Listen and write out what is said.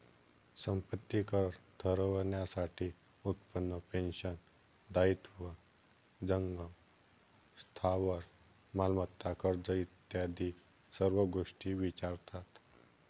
संपत्ती कर ठरवण्यासाठी उत्पन्न, पेन्शन, दायित्व, जंगम स्थावर मालमत्ता, कर्ज इत्यादी सर्व गोष्टी विचारतात